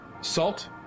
salt